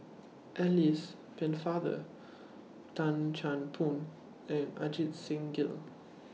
Alice Pennefather Tan Chan Boon and Ajit Singh Gill